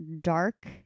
dark